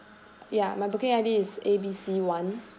ya my booking I_D is A B C one